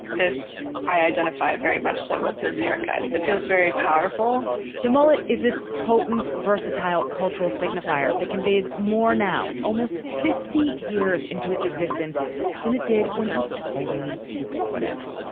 this i identify very much. so with this haircut, it feels very powerful the mullet is this potent, versatile cultural signifier that conveys more now almost fifty years into its existence than it did when it was totally ubiquitous.